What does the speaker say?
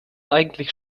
eigentlich